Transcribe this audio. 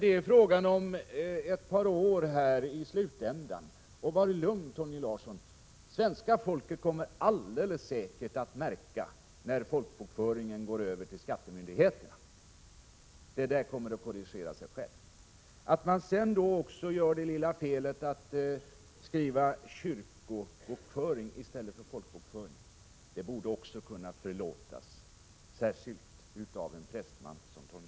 Det var fråga om ett par år i slutändan. Var lugn, Torgny Larsson! Svenska folket kommer alldeles säkert att märka när folkbokföringen går över till skattemyndigheterna. Det felet kommer att korrigera sig självt. Att man sedan gjort det lilla felet att skriva kyrkobokföring i stället för folkbokföring borde också kunna förlåtas, särskilt av en prästman som Torgny Larsson.